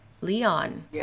leon